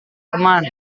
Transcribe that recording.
teman